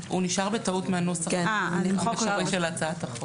לצורך מתן צו הגנה להגנתו של בן משפחה קטין או חסר ישע.